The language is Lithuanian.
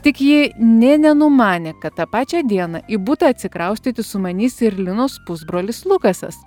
tik ji nė nenumanė kad tą pačią dieną į butą atsikraustyti sumanys ir linos pusbrolis lukasas